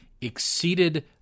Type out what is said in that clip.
exceeded